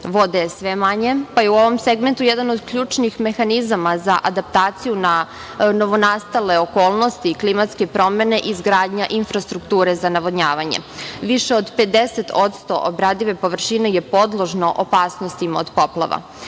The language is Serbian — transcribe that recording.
Vode je sve manje, pa i u ovom segmentu jedan od ključnih mehanizama za adaptaciju na novonastale okolnosti i klimatske promene, izgradnja infrastrukture za navodnjavanje. Više od 50% obradive površine je podložno opasnostima od poplava.